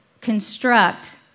construct